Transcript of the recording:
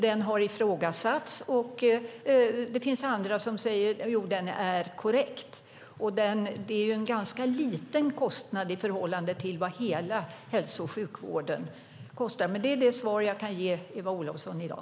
Den har ifrågasatts, men det finns andra som säger att den är korrekt. Det är en ganska liten kostnad i förhållande till vad hela hälso och sjukvården kostar. Det är det svar jag kan ge Eva Olofsson i dag.